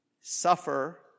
Suffer